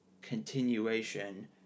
continuation